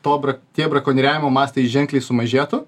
to bra tie brakonieriavimo mastai ženkliai sumažėtų